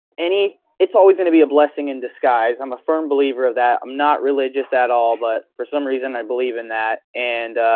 it's always going to be a blessing in disguise. i'm a firm believer of that, i'm not religious at all but for some reason i believe in that. and